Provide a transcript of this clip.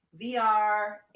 VR